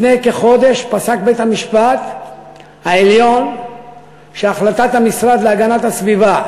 לפני כחודש פסק בית-המשפט העליון החלטת המשרד להגנת הסביבה